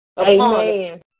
Amen